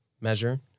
measure